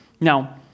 Now